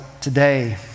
today